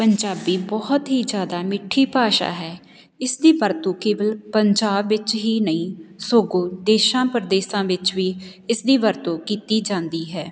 ਪੰਜਾਬੀ ਬਹੁਤ ਹੀ ਜ਼ਿਆਦਾ ਮਿੱਠੀ ਭਾਸ਼ਾ ਹੈ ਇਸ ਦੀ ਵਰਤੋਂ ਕੇਵਲ ਪੰਜਾਬ ਵਿੱਚ ਹੀ ਨਹੀਂ ਸਗੋਂ ਦੇਸਾਂ ਪ੍ਰਦੇਸਾਂ ਵਿੱਚ ਵੀ ਇਸ ਦੀ ਵਰਤੋਂ ਕੀਤੀ ਜਾਂਦੀ ਹੈ